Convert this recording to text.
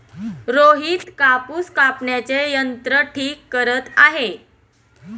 रोहित कापूस कापण्याचे यंत्र ठीक करत आहे